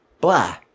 blah